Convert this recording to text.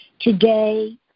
Today